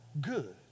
good